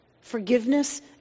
Forgiveness